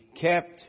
kept